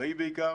הצבאי בעיקר